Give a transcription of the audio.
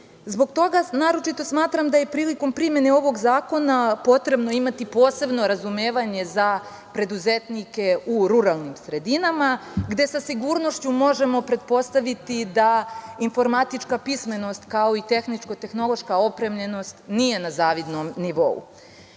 toga naročito smatram da je prilikom primene ovog zakona potrebno imati posebno razumevanje za preduzetnike u ruralnim sredinama, gde sa sigurnošću možemo pretpostaviti da informatička pismenost kao i tehničko-tehnološka opremljenost nije na zavidnom nivou.